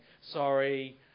sorry